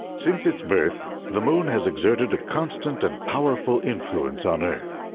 since its birth, the moon has exerted a constant and powerful influence on earth.